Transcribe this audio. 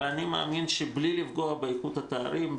אבל אני מאמין שבלי לפגוע באיכות התארים,